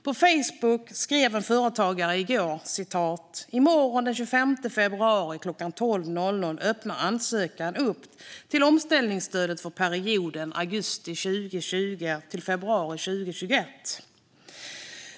På Facebook skrev en företagare i går: I morgon den 25 februari klockan 12.00 öppnar ansökan upp till omställningsstödet för perioden augusti 2020 till februari 2021.